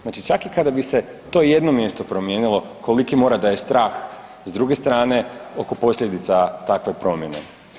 Znači čak i kada bi se to jedno mjesto promijenilo koliki mora da je strah sa druge strane oko posljedica takve promjene.